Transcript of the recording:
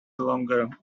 longer